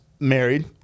Married